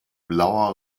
blauer